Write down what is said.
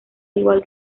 igual